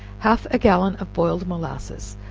half a gallon of boiled molasses,